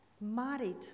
married